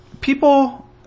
people